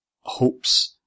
hopes